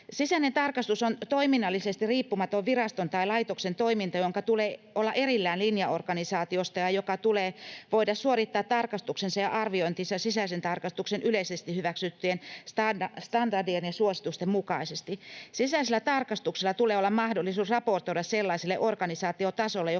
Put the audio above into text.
Sisäinen tarkastus on toiminnallisesti riippumaton viraston tai laitoksen toiminto, jonka tulee olla erillään linjaorganisaatiosta ja jonka tulee voida suorittaa tarkastuksensa ja arviointinsa sisäisen tarkastuksen yleisesti hyväksyttyjen standardien ja suositusten mukaisesti. Sisäisellä tarkastuksella tulee olla mahdollisuus raportoida sellaiselle organisaatiotasolle,